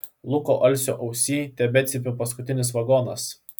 luko alsio ausyj tebecypia paskutinis vagonas